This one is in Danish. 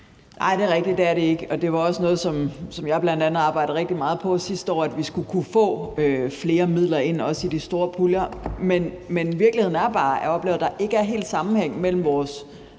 (EL): Det er rigtigt, at det er det ikke, og det var også noget, som jeg bl.a. arbejdede rigtig meget på sidste år, altså at vi skulle kunne få flere midler ind, også i de store puljer. Men jeg oplever bare, at virkeligheden er, at der ikke helt er sammenhæng mellem vores